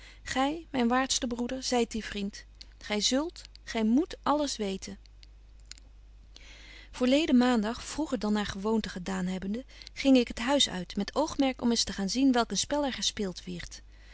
gy myn waardste broeder zyt die vriend gy zult gy moet alles weten voorleden maandag vroeger dan naar gewoonte gedaan hebbende ging ik het huis uit met oogmerk om eens te gaan zien welk een spel er gespeelt wierd